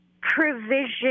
provision